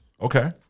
Okay